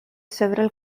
several